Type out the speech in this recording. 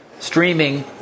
streaming